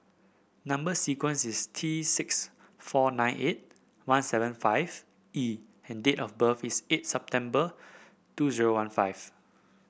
number sequence is T six four nine eight one seven five E and date of birth is eight September two zero one five